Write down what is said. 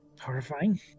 horrifying